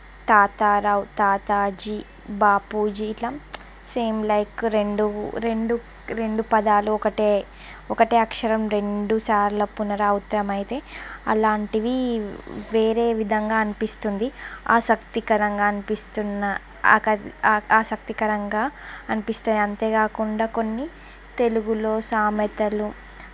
తాతారావు తాతాజీ బాపూజీ ఇట్లా same like రెండు రెండు రెండు పదాలు ఒకటే ఒకటే అక్షరం రెండు సార్లు పునరావృతం అయితే అలాంటివి వేరే విధంగా అనిపిస్తుంది ఆసక్తికరంగా అనిపిస్తున్న ఆక ఆఆ ఆసక్తికరంగా అనిపిస్తాయి అంతే కాకుండా కొన్ని తెలుగులో సామెతలు